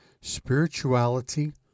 spirituality